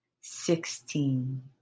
sixteen